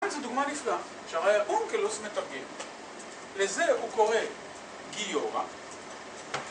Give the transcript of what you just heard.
זו דוגמה נפלאה שהרי אונקלוס מתרגם. לזה הוא קורא גיורה.